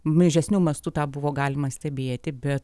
mažesniu mastu tą buvo galima stebėti bet